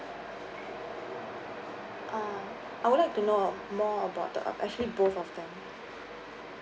uh I would like to know more about the actually both of them